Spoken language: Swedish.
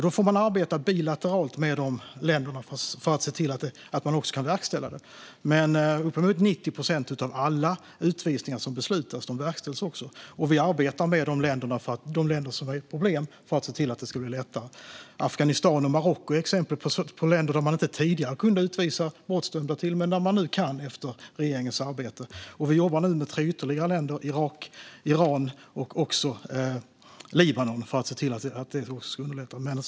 Då får man arbeta bilateralt med sådana länder för att se till att man kan verkställa utvisningen. Men uppemot 90 procent av alla utvisningar som beslutas verkställs också. Vi arbetar med de länder där det här är ett problem för att se till att det ska bli lättare. Afghanistan och Marocko är exempel på länder som man inte tidigare kunde utvisa brottsdömda till, men nu kan man det efter regeringens arbete. Vi jobbar nu med tre ytterligare länder - Irak, Iran och Libanon - för att detta ska underlättas.